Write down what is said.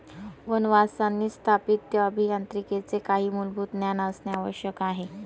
वनवासींना स्थापत्य अभियांत्रिकीचे काही मूलभूत ज्ञान असणे आवश्यक आहे